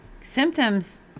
symptoms